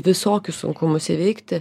visokius sunkumus įveikti